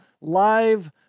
live